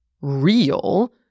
real